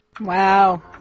Wow